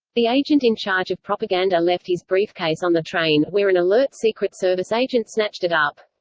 the agent in charge of propaganda left his briefcase on the train, where an alert secret service agent snatched it up.